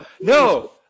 no